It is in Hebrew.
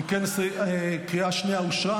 אם כן, בקריאה שנייה אושרה.